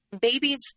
Babies